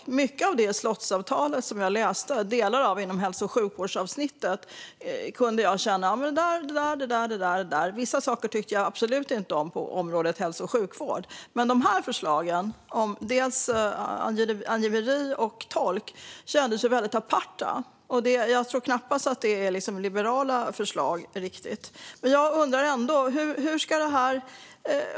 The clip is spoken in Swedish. Om mycket av det jag läste i slottsavtalet, i delar av hälso och sjukvårdsavsnittet, kunde jag känna att "jamen det där, det där och det där". Vissa saker på området hälso och sjukvård tyckte jag absolut inte om. Men de här förslagen, dels om angiveri och dels om tolk, kändes väldigt aparta. Jag tror knappast att det är liberala förslag. Jag undrar ändå hur det här ska genomföras.